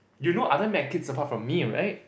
do you know other med kids apart from me right